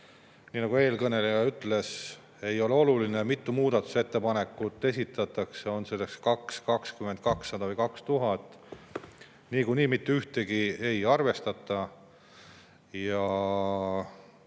Nii nagu eelkõneleja ütles, ei ole oluline, mitu muudatusettepanekut esitatakse, on see 2, 20, 200 või 2000, niikuinii mitte ühtegi ei arvestata ja